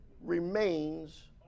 remains